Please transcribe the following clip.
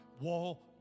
wall